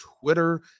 Twitter